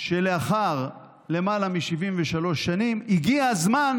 שלאחר למעלה מ-73 שנים הגיע הזמן